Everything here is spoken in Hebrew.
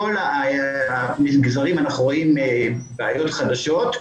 בכל המגזרים אנחנו רואים בעיות חדשות.